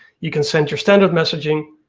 you can send your standard messaging,